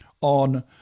on